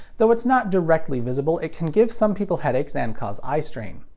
though it's not directly visible, it can give some people headaches and cause eyestrain.